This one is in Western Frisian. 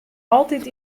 altyd